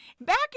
Back